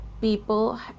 people